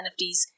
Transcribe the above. NFTs